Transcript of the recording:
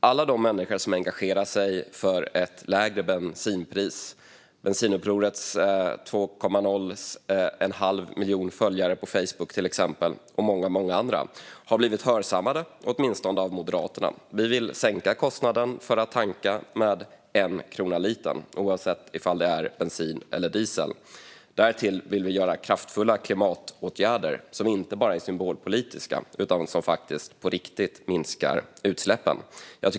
Alla de som engagerar sig för ett lägre bensinpris, nyss nämnda bensinupprors halva miljon följare på Facebook och många andra, har blivit hörsammade av åtminstone Moderaterna. Vi vill sänka kostnaden för att tanka med 1 krona litern oavsett om det är bensin eller diesel. Därtill vill vi göra kraftfulla klimatåtgärder som inte bara är symbolpolitiska utan som faktiskt på riktigt minskar utsläppen.